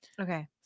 Okay